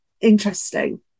interesting